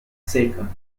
shaken